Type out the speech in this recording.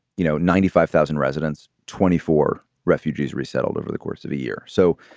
you know, ninety five thousand residents, twenty four refugees resettled over the course of a year. so,